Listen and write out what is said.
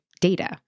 data